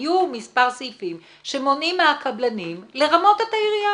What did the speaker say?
יהיו מספר סעיפים שמונעים מהקבלנים לרמות את העיריות.